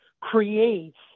creates